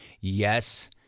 Yes